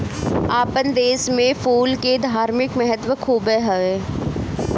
आपन देस में फूल के धार्मिक महत्व खुबे हवे